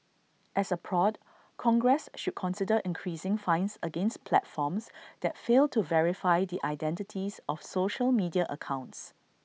as A prod congress should consider increasing fines against platforms that fail to verify the identities of social media accounts